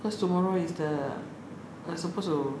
cause tomorrow is the I suppose to